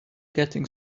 getting